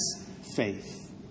faith